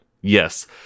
Yes